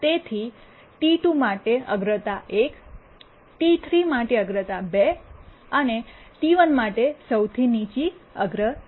તેથી T2 T two માટે અગ્રતા 1 T3 ટી૩ માટે અગ્રતા 2 અને T1 ટી૧ માટે સૌથી નીચી અગ્રતા